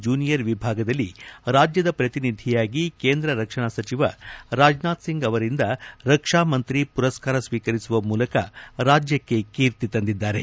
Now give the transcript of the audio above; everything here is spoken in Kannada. ಜೂನಿಯರ್ ವಿಭಾಗದಲ್ಲಿ ರಾಜ್ಯದ ಪ್ರತಿನಿಧಿಯಾಗಿ ಕೇಂದ್ರ ರಕ್ಷಣಾ ಸಚಿವ ರಾಜನಾಥ್ ಸಿಂಗ್ ಅವರಿಂದ ರಕ್ಷಾ ಮಂತ್ರಿ ಪುರಸ್ಕಾರ ಸ್ವೀಕರಿಸುವ ಮೂಲಕ ರಾಜ್ಯಕ್ಕೆ ಕೀರ್ತಿ ತಂದಿದ್ದಾರೆ